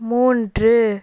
மூன்று